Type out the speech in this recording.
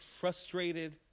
frustrated